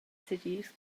segirs